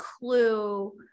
clue